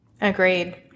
Agreed